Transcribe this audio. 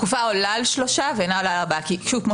תקופה העולה על שלושה חודשים ואינה עולה על ארבעה חודשים.